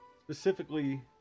specifically